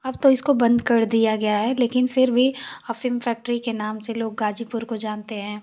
अब तो इसको बन्द कर दिया गया है लेकिन फिर भी अफ़ीम फैक्ट्री के नाम से लोग गाज़ीपुर को जानते हैं